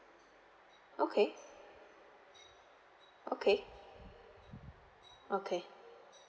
okay okay okay